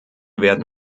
werden